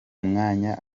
mwanya